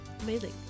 Amazing